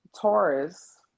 Taurus